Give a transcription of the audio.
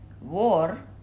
war